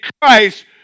Christ